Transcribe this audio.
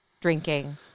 drinking